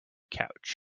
couch